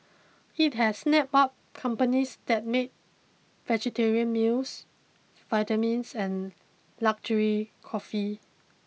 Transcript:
it has snapped up companies that make vegetarian meals vitamins and luxury coffee